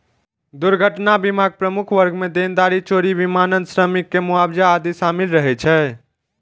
दुर्घटना बीमाक प्रमुख वर्ग मे देनदारी, चोरी, विमानन, श्रमिक के मुआवजा आदि शामिल रहै छै